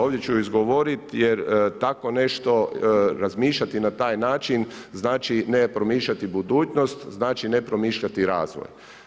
Ovdje ću je izgovoriti jer tako razmišljati na taj način znači ne promišljati budućnost, znači ne promišljati razvoj.